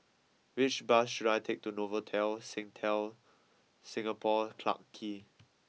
which bus should I take to Novotel sing tell Singapore Clarke Quay